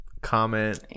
comment